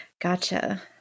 Gotcha